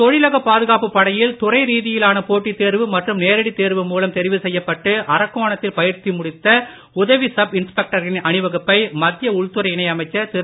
தொழிலக பாதுகாப்புப் படையில் துறை ரீதியிலான போட்டித் தேர்வு மற்றும் நேரடித் தேர்வு மூலம் தெரிவு செய்யப்பட்டு அரக்கோண த்தில் பயிற்சி முடித்த உதவி சப் இன்ஸ்பெக்டர்களின் அணிவகுப்பை மத்திய உள்துறை இணை அமைச்சர் திரு